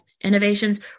innovations